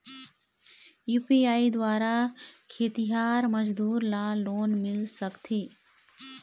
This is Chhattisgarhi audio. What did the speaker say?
यू.पी.आई द्वारा खेतीहर मजदूर ला लोन मिल सकथे?